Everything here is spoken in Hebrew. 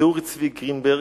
זה אורי צבי גרינברג,